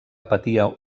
patia